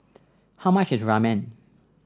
how much is Ramen